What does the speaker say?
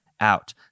out